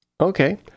Okay